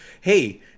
hey